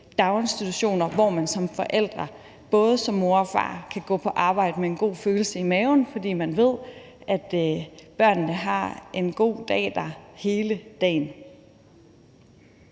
hvor man som forældre, både som mor og far, kan gå på arbejde med en god følelse i maven, fordi man ved, at børnene har en god dag der hele dagen.